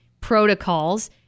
protocols